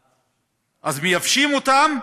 אז מייבשים אותם,